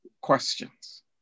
questions